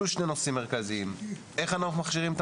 אלו שני נושאים מרכזיים איך אנחנו מכשירים את